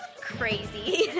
Crazy